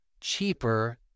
cheaper